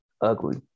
ugly